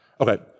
Okay